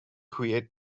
create